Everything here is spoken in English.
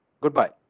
Goodbye